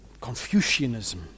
Confucianism